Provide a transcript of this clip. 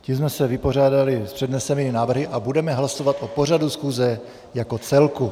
Tím jsme se vypořádali s přednesenými návrhy a budeme hlasovat o pořadu schůze jako celku.